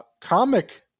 comic